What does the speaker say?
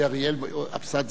כבוד היושב-ראש,